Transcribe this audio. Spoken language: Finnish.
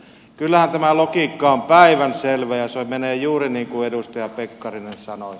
kyllähän tämä logiikka on päivänselvä ja se menee juuri niin kuin edustaja pekkarinen sanoi